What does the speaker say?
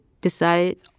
decided